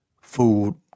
food